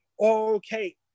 okay